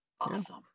awesome